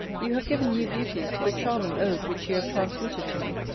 you have given new beauties to the charming ode which you have transmitted to me.